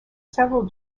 several